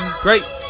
great